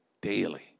daily